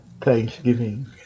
thanksgiving